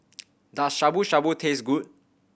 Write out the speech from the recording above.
does Shabu Shabu taste good